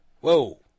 Whoa